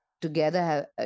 together